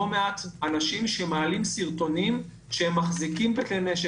מעט אנשים שמעלים סרטונים שבהם מחזיקים את כלי הנשק,